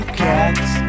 cats